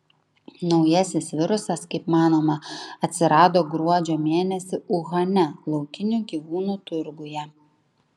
naujasis virusas kaip manoma atsirado gruodžio mėnesį uhane laukinių gyvūnų turguje